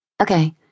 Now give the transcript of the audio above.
Okay